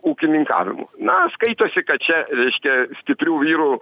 ūkininkavimu na skaitosi kad čia reikia stiprių vyrų